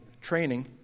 training